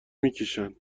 میکشن